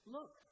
Look